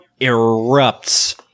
erupts